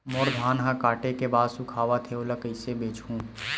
मोर धान ह काटे के बाद सुखावत हे ओला कइसे बेचहु?